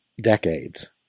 decades